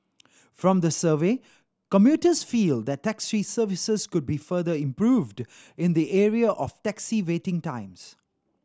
from the survey commuters feel that taxi services could be further improved in the area of taxi waiting times